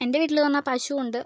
എൻ്റെ വീട്ടിലെന്നു പറഞ്ഞാൽ പശു ഉണ്ട്